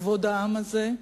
כבוד העם הזה,